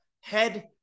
head